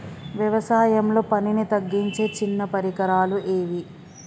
వ్యవసాయంలో పనిని తగ్గించే చిన్న పరికరాలు ఏవి?